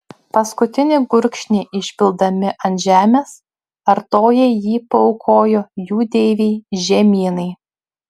paskutinį gurkšnį išpildami ant žemės artojai jį paaukojo jų deivei žemynai